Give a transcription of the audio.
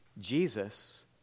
Jesus